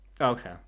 Okay